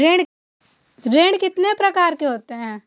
ऋण कितने प्रकार के होते हैं?